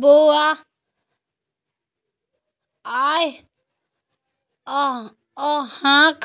बौआ आय अहाँक